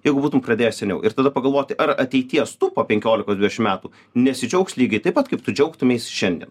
jeigu būtum pradėjęs seniau ir tada pagalvoti ar ateities tu po penkioliko dvidešimt metų nesidžiaugs lygiai taip pat kaip tu džiaugtumeis šiandien